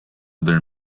their